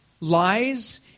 lies